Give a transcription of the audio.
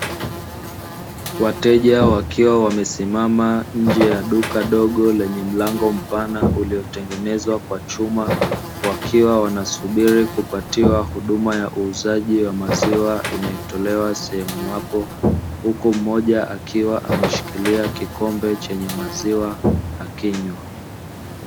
Wateja wakiwa wamesimama nje ya duka dogo lenye mlango mpana uliotengenezwa kwa chuma, wakiwa wanasubiri kupatiwa huduma ya uuzaji wa maziwa inayotolewa sehemu hapo, huku mmoja akiwa ameshikilia kikombe chenye maziwa akinywa.